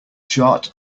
chart